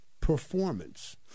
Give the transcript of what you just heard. performance